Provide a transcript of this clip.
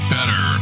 Better